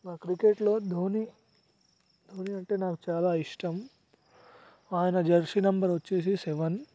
నాకు క్రికెట్లో ధోని ధోని అంటే నాకు చాల ఇష్టం ఆయన జెర్సీ నెంబర్ వచ్చేసి సెవెన్